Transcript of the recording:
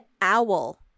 owl